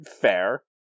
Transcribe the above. Fair